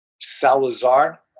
Salazar